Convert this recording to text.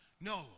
No